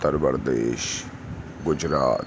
Uttar Pradesh Gujarat